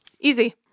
Easy